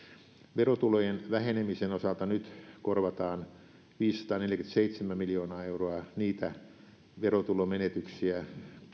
verotulojen vähenemisen osalta nyt korvataan viisisataaneljäkymmentäseitsemän miljoonaa euroa niitä verotulomenetyksiä